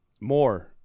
more